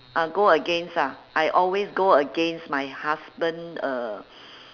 uh go against ah I always go against my husband uh